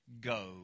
go